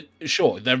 Sure